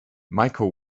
michael